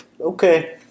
okay